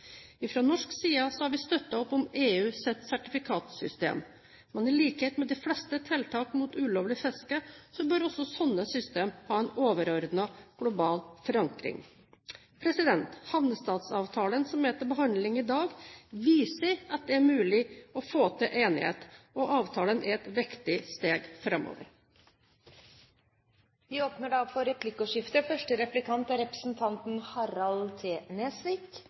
markedet. Fra norsk side har vi støttet opp om EUs sertifikatsystem, men i likhet med de fleste tiltak mot ulovlig fiske bør også slike systemer ha en overordnet, global forankring. Havnestatsavtalen, som er til behandling i dag, viser at det er mulig å få til enighet, og avtalen er et viktig steg framover. Det blir replikkordskifte. Jeg vil gjerne stille noen spørsmål til statsråden. Spørsmålene mine til statsråden er